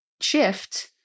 shift